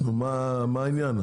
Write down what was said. מה העניין?